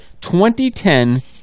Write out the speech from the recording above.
2010